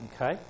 Okay